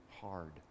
hard